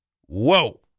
Whoa